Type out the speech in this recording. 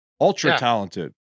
ultra-talented